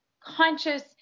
conscious